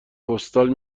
پستال